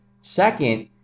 Second